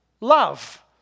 love